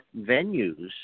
venues